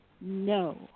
no